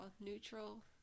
Neutral